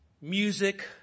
music